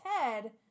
Ted